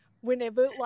whenever